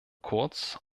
kurz